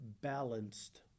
balanced